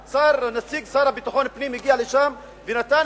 נציג השר לביטחון פנים הגיע לשם ונתן